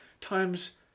times